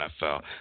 NFL